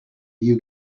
you